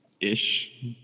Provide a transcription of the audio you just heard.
ish